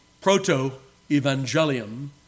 proto-evangelium